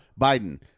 Biden